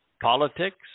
politics